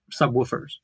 subwoofers